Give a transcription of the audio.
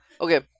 Okay